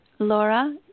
Laura